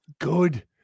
Good